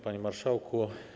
Panie Marszałku!